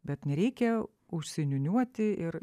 bet nereikia užsiniūniuoti ir